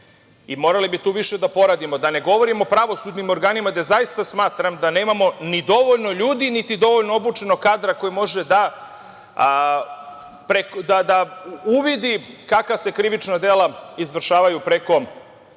i morali bi tu više da poradimo. Da ne govorimo o pravosudnim organima gde zaista smatram da nemamo ni dovoljno ljudi, niti dovoljno obučenog kadra koji može da uvidi kakva se krivična dela izvršavaju preko